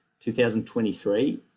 2023